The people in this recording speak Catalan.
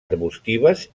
arbustives